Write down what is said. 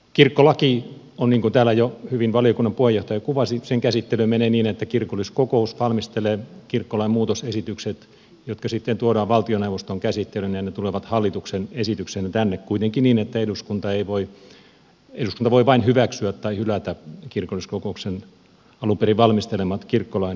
kirkkolain niin kuin täällä jo hyvin valiokunnan puheenjohtaja kuvasi käsittely menee niin että kirkolliskokous valmistelee kirkkolain muutosesitykset jotka sitten tuodaan valtioneuvoston käsittelyyn ja ne tulevat hallituksen esityksenä tänne kuitenkin niin että eduskunta voi vain hyväksyä tai hylätä kirkolliskokouksen alun perin valmistelemat kirkkolain muutosesitykset